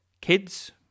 kids